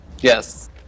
Yes